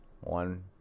one